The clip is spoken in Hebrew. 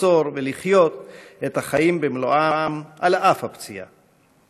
ליצור ולחיות את החיים במלואם על אף הפציעה.